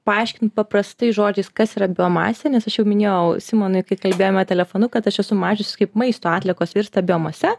paaiškint paprastais žodžiais kas yra biomasė nes aš jau minėjau simonui kai kalbėjome telefonu kad aš esu mačiusi kaip maisto atliekos virsta biomase